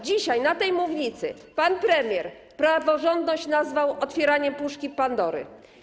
Dzisiaj na tej mównicy pan premier praworządność nazwał otwieraniem puszki Pandory.